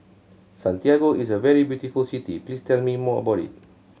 Santiago is a very beautiful city please tell me more about it